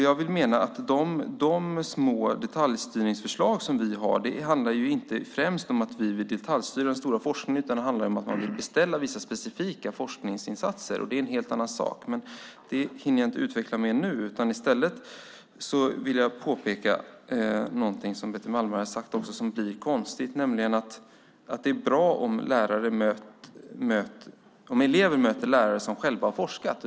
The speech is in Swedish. Jag menar att de små detaljstyrningsförslag som vi har inte främst handlar om att vi vill detaljstyra den stora forskningen, utan det handlar om att man vill beställa vissa specifika forskningsinsatser, och det är en helt annan sak. Det hinner jag inte utveckla mer nu, utan i stället vill jag påpeka någonting som Betty Malmberg har sagt som blir konstigt, nämligen att det är bra om elever möter lärare som själva har forskat.